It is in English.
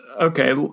Okay